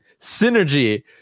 Synergy